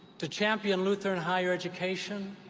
to champion lutheran higher education,